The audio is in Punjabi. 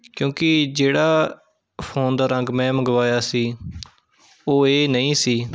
ਕਿਉਂਕਿ ਜਿਹੜਾ ਫ਼ੋਨ ਦਾ ਰੰਗ ਮੈਂ ਮੰਗਵਾਇਆ ਸੀ ਉਹ ਇਹ ਨਹੀਂ ਸੀ